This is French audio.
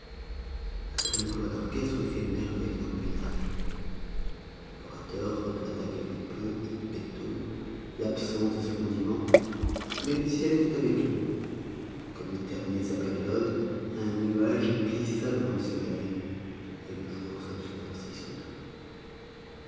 un trémolo à l'orchestre eût fait merveille dans le paysage l'orateur regretta quelque peu in petto l'absence de ce condiment mais le ciel était avec lui comme il terminait sa période un nuage glissa devant le soleil et le jour s'obscurcit soudain